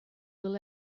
will